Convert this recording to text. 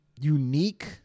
unique